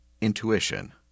intuition